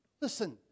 Listen